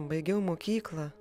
baigiau mokyklą